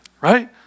right